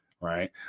Right